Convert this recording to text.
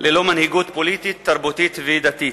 ללא מנהיגות פוליטית, תרבותית ודתית.